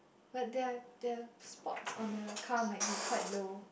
but they are they are spots on the car might be quite low